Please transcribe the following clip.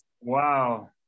Wow